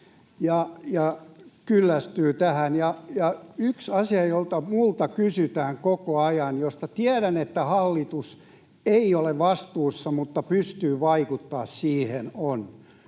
kyllästyvät tähän. Yksi asia, jota minulta kysytään koko ajan, josta tiedän, että hallitus ei ole vastuussa mutta pystyy vaikuttamaan siihen, on